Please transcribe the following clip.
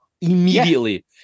immediately